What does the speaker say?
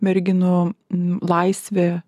merginų laisvė